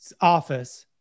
office